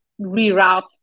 reroute